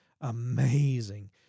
amazing